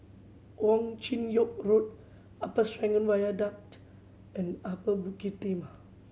Wong Chin Yoke Road Upper Serangoon Viaduct and Upper Bukit Timah